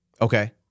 Okay